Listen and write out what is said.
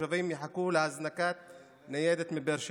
התושבים יחכו להזנקת ניידת מבאר שבע,